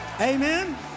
Amen